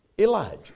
Elijah